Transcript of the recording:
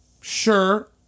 sure